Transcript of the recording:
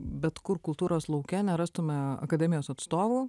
bet kur kultūros lauke nerastume akademijos atstovų